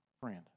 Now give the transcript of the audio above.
friend